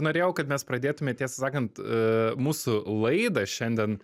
norėjau kad mes pradėtume tiesą sakant mūsų laidą šiandien